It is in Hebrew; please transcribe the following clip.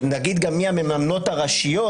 נגיד גם מי המממנות הראשיות